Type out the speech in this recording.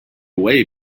away